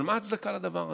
אבל מה ההצדקה לדבר הזה?